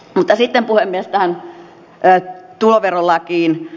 mutta sitten puhemies tähän tuloverolakiin